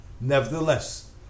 Nevertheless